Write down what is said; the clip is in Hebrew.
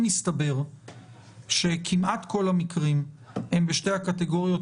אם יסתבר שכמעט כל המקרים הם בשתי הקטגוריות